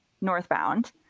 northbound